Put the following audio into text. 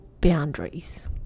boundaries